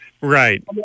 right